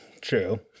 True